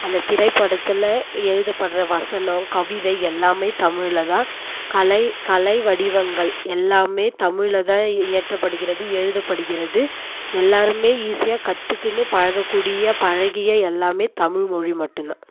அந்த திரைப்படத்தில் எழுதப்பட்ற வசனம் கவிதை எல்லாம் தமிழில் தான் கலை கலை வடிவங்கள் எல்லாம் தமிழில் தான் இயற்றப்படுகிறது எழுதப்படுகிறது எல்லோருமே ஈஸியாக கத்துக்குனு பழகக்கூடிய பழகிய எல்லாம் தமிழ் மொழி மட்டுந்தான்